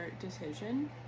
decision